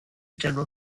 general